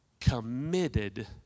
committed